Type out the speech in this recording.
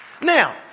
Now